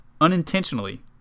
unintentionally